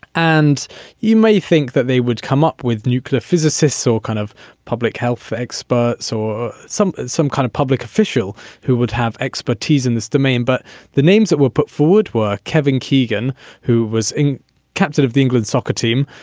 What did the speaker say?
and you may think that they would come up with nuclear physicists or kind of public health experts or some some kind of public official who would have expertise in this domain. but the names that were put forward were kevin keegan who was a captain of the england soccer team.